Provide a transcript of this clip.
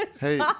Hey